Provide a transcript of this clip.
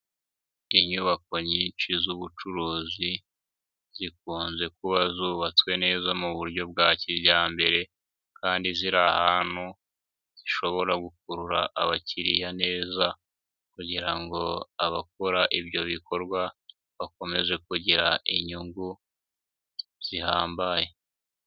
Inyubako nyinshi z'ubucuruzi, zikunze kuba zubatswe neza mu buryo bwa kijyambere kandi ziri ahantu, zishobora gukurura abakiriya neza kugira ngo abakora ibyo bikorwa, bakomeze kugira inyungu, zihambaye.